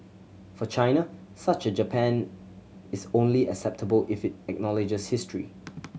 for China such a Japan is only acceptable if it acknowledges history